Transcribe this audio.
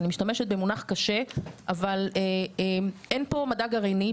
אני משתמשת במונח קשה אבל אין פה מדע גרעיני.